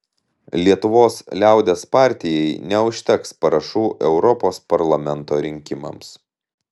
lietuvos liaudies partijai neužteks parašų europos parlamento rinkimams